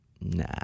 nah